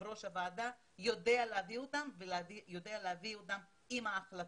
ראש הוועדה יודע להביא אותם ויודע להביא אותם עם ההחלטות.